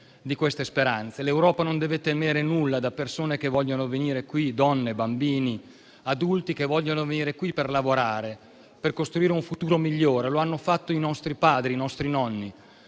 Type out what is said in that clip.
da queste speranze, l'Europa non deve temere nulla da persone - donne, bambini e adulti - che vogliono venire qui per lavorare e per costruire un futuro migliore, come hanno fatto i nostri padri e i nostri nonni.